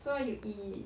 so what you eat